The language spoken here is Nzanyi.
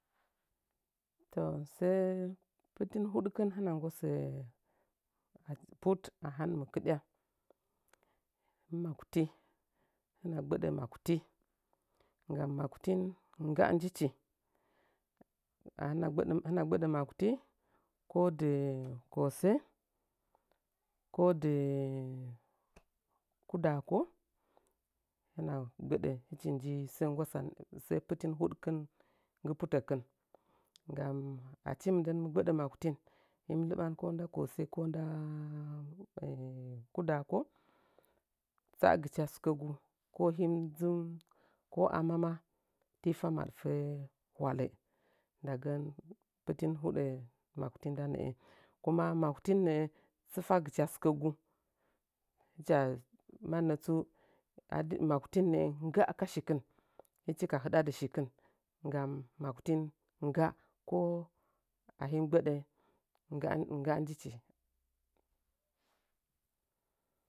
To sə pɨtin buɗkɨn hɨna nggosə much a hai, mi kɨɗya makuti hɨna gbaɗə makuti gam makuktin ngga ndichi ana gbaɗə. hina gbəɗə makutin ko dɨ kose ko di kudako hɨna gbəɗə hɨchi nji sə nggwasand so pɨtin hudkin nggɨ. putakɨn gam achi mɨndan mə gbəɗə makutin him lɨsan ko nda kose ko nda udako tsagɨcha sɨkagu ko him dzu ko amama ti fa maɗfə hwali ndagən pitin huɗə makuti nda nə kuma makuutin nə tsɨfagirchasɨkəguhɨcha mannətsu adi makutin noo ngga ka. shikɨn hɨchi ka hiɗadi shikɨn gam makutin ngga ko ahim gbaɗo ngga ngga njichi